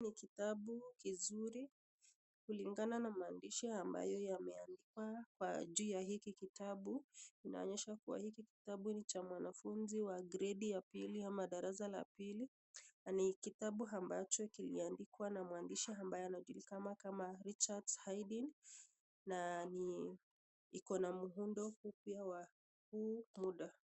Hiki ni kitabu kizuri kulingana na maandishi ambaye yameandikwa kwa juu ya hiki kitabu, inaonyesha kuwa hiki kitabu ni cha mwanafunzi wa grade ya pili ama darasa la pili na ni kitabu ambacho kiliandikwa na mwandishi ambaye anajulikana kama Richards Haydn na ni iko na muundo mpya wa huu muda.